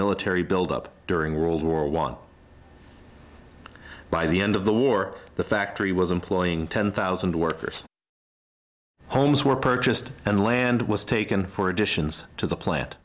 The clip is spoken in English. military build up during world war one by the end of the war the factory was employing ten thousand workers homes were purchased and land was taken for additions to the plant